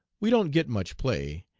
we don't get much play,